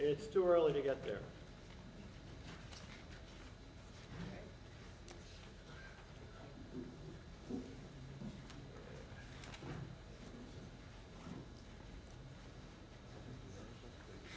it's too early to get the